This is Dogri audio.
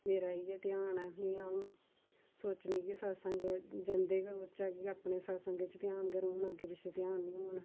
मेरा इ'यै ध्यान ऐ मी अ'ऊं सोचनी कि सत्संग जंदे गै रौह्चे कि अपने सत्संग च ध्यान गै रौह्न अग्गें पिच्छें ध्यान नी होन